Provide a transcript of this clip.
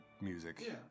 music